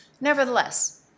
Nevertheless